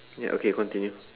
ya okay continue